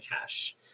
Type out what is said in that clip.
cash